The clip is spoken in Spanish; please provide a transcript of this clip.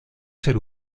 ser